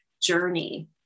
journey